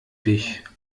dich